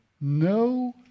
no